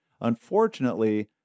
Unfortunately